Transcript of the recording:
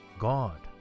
god